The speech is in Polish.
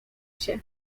się